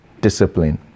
discipline